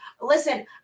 listen